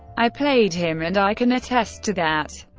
i played him, and i can attest to that.